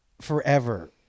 Forever